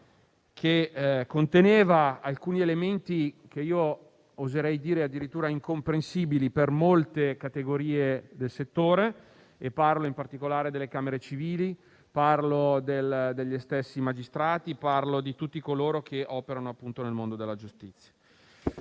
che conteneva alcuni elementi che oserei definire addirittura incomprensibili per molte categorie del settore. Parlo in particolare delle camere civili, degli stessi magistrati e di tutti coloro che operano nel mondo della giustizia.